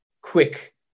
quick